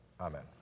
amen